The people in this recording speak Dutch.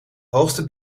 hoogste